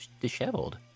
disheveled